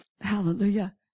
Hallelujah